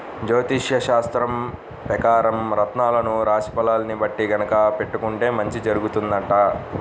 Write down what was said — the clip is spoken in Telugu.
జ్యోతిష్యశాస్త్రం పెకారం రత్నాలను రాశి ఫలాల్ని బట్టి గనక పెట్టుకుంటే మంచి జరుగుతుందంట